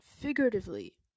figuratively